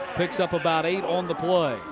picks up about eight on the play